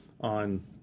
on